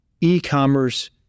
e-commerce